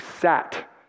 sat